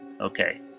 Okay